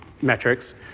metrics